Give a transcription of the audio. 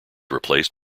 replaced